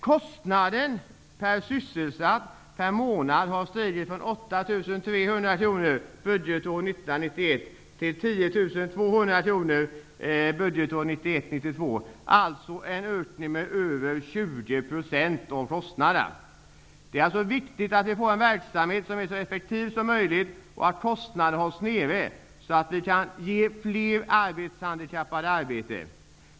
Kostnaden per månad per sysselsatt har stigit från 1991/92. Det innebär alltså en ökning av kostnaderna med över 20 %. Det är viktigt att vi får en verksamhet som är så effektiv som möjligt och att kostnaderna hålls nere, så att vi kan ge fler arbetshandikappade arbete.